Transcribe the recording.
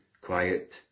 quiet